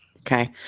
Okay